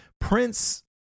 Prince